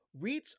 REITs